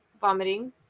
vomiting